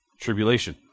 Tribulation